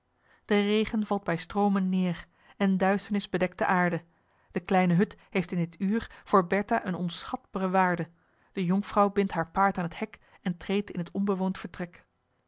de regen valt bij stroomen neer en duisternis bedekt de aarde de kleine hut heeft in dit uur voor bertha een onschatbare waarde de jonkvrouw bindt haar paard aan t hek en treedt in t onbewoond vertrek